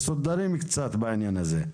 מסודרים קצת בעניין הזה.